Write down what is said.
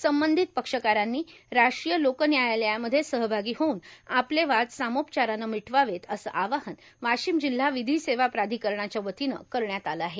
संबंधित पक्षकारांनी राष्ट्रीय लोक न्यायालयामध्ये सहभागी होऊन आपले वाद सामोपचारानं मिटवावेत असे आवाहन वाशिम जिल्हा विधी सेवा प्राधिकरणाच्या वतीनं करण्यात आलं आहे